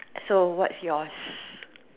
so what's yours